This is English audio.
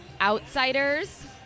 outsiders